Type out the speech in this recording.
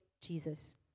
Jesus